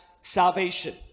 salvation